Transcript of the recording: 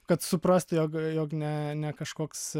kad suprastų jog jog ne ne kažkoks